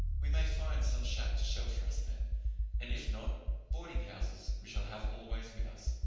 we may find some shack to shelter us then and if not, boardinghouses we shall have always with us.